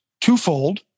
twofold